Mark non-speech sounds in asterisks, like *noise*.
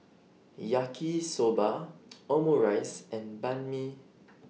Yaki Soba Omurice and Banh MI *noise*